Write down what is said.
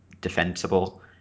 defensible